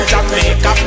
Jamaica